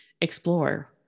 explore